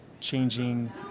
changing